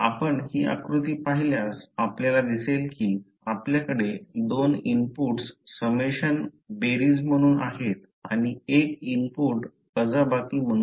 आपण हि आकृती पाहिल्यास आपल्याला दिसेल कि आपल्याकडे दोन इनपुट्स समेशन बेरीज म्हणून आहेत आणि एक इनपुट वजाबाकी म्हणून